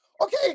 okay